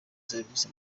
service